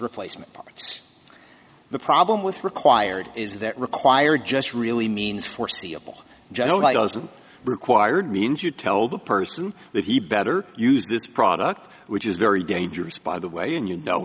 replacement parts the problem with required is that required just really means foreseeable job doesn't required means you tell the person that he better use this product which is very dangerous by the way and you know